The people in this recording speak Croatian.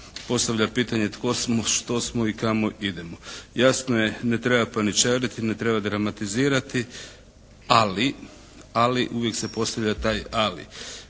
postavlja pitanje tko smo, što smo i kamo idemo? Jasno je, ne treba paničariti, ne treba dramatizirati ali, uvijek se postavlja taj ali.